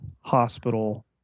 hospital